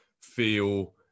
feel